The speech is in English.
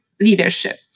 leadership